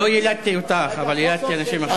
לא יילדתי אותך, אבל יילדתי אנשים אחרים.